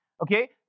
okay